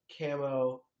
camo